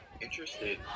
interested